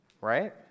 Right